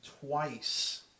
twice